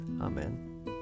Amen